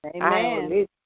Amen